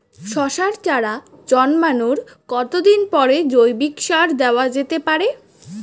শশার চারা জন্মানোর কতদিন পরে জৈবিক সার দেওয়া যেতে পারে?